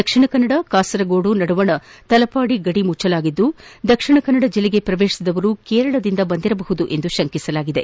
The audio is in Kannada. ದಕ್ಷಿಣ ಕನ್ನಡ ಕಾಸರಗೋಡು ನಡುವಿನ ತಲಪಾಡಿ ಗಡಿ ಮುಚ್ಚಲಾಗಿದ್ದು ದಕ್ಷಿಣ ಕನ್ನಡ ಜಿಲ್ಲೆಗೆ ಪ್ರವೇಶಿಸಿದವರು ಕೇರಳದಿಂದ ಬಂದಿರಬಹುದೆಂದು ಶಂಕಿಸಲಾಗಿದೆ